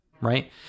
right